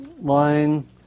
Line